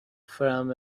from